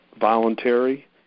voluntary